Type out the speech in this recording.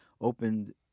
opened